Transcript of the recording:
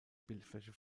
bildfläche